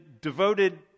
devoted